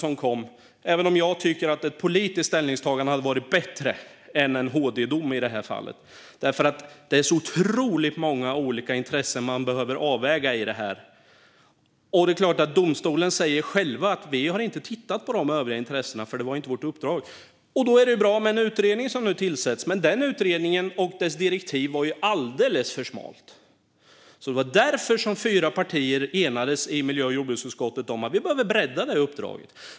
Jag tycker dock att ett politiskt ställningstagande hade varit bättre än en HD-dom i det här fallet, för det finns så otroligt många olika intressen som behöver avvägas i detta. Domstolen säger själv att man inte har tittat på de övriga intressena, för det var inte domstolens uppdrag. Då är det bra med en utredning, som nu tillsätts. Den utredningens direktiv var dock alldeles för smalt. Det var därför fyra partier enades i miljö och jordbruksutskottet om att detta uppdrag behöver breddas.